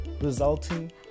resulting